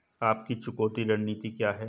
आपकी चुकौती रणनीति क्या है?